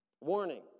warning